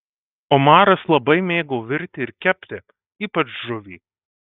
omaras labai mėgo virti ir kepti ypač žuvį